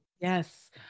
Yes